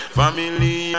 family